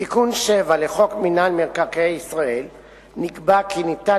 בתיקון 7 לחוק מינהל מקרקעי ישראל נקבע כי ניתן